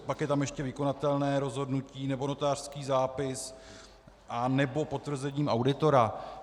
Pak je tam ještě vykonatelné rozhodnutí nebo notářský zápis anebo potvrzením auditora.